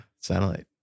satellite